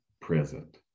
present